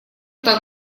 так